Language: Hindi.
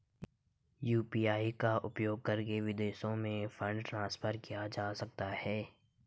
यू.पी.आई का उपयोग करके विदेशों में फंड ट्रांसफर किया जा सकता है?